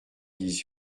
dix